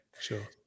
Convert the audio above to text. Sure